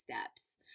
steps